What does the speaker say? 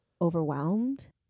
overwhelmed